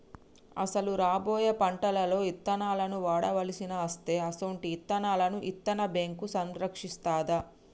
అసలు రాబోయే పంటలలో ఇత్తనాలను వాడవలసి అస్తే అసొంటి ఇత్తనాలను ఇత్తన్న బేంకు సంరక్షిస్తాది